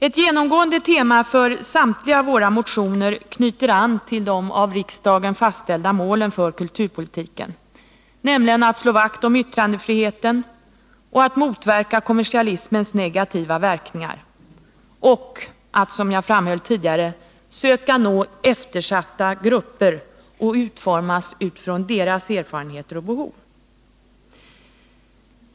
Ett genomgående tema för samtliga våra motioner knyter an till de av riksdagen fastställda målen för kulturpolitiken, nämligen att slå vakt om yttrandefriheten, att motverka kommersialismens negativa verkningar och att, som jag framhöll tidigare, söka nå eftersatta grupper och utforma kulturpolitiken utifrån deras erfarenheter och behov.